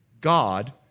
God